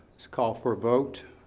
let's call for a vote.